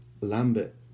Lambert